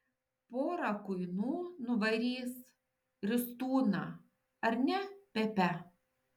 pora kuinų nuvarys ristūną ar ne pepe